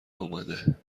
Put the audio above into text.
اومده